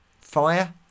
Fire